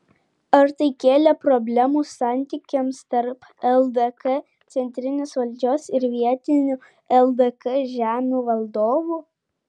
ar tai kėlė problemų santykiams tarp ldk centrinės valdžios ir vietinių ldk žemių valdovų